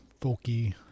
folky